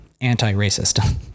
anti-racist